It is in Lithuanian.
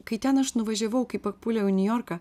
kai ten aš nuvažiavau kai papuoliau į niujorką